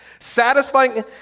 Satisfying